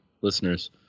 listeners